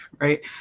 Right